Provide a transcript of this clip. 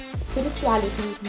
spirituality